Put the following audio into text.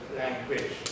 language